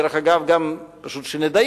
דרך אגב, גם, פשוט שנדייק: